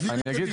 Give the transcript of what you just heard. אז אני אגיד,